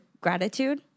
gratitude